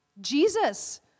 Jesus